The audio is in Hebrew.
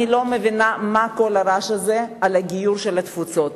אני לא מבינה מה כל הרעש הזה על הגיור של התפוצות.